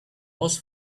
was